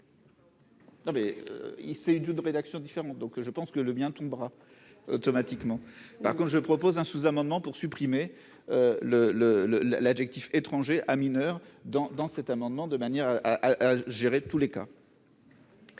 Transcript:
Non, mais il s'agit d'une rédaction différente, donc je pense que le mien tombera automatiquement par quand je propose un sous- amendement pour supprimer le le le la l'adjectif étrangers à mineur dans dans cet amendement, de manière à gérer tous les cas.